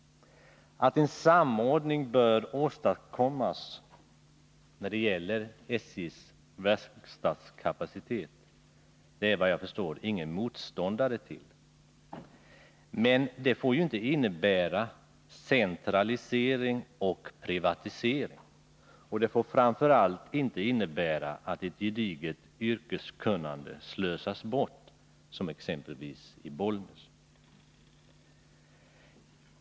Att en samordning beträffande verkstadskapaciteten bör åstadkommas är såvitt jag förstår ingen motståndare till, men det får inte innebära centralisering och privatisering, och det får framför allt inte innebära att ett gediget yrkeskunnande slösas bort, som i Bollnäs.